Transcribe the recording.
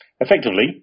effectively